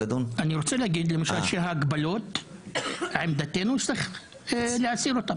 את ההגבלות צריך להסיר,